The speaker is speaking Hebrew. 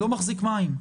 בעיניי